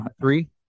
three